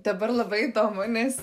dabar labai įdomu nes